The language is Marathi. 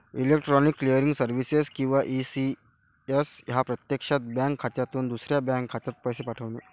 इलेक्ट्रॉनिक क्लिअरिंग सर्व्हिसेस किंवा ई.सी.एस हा प्रत्यक्षात बँक खात्यातून दुसऱ्या बँक खात्यात पैसे पाठवणे